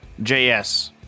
JS